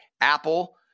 Apple